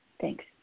Thanks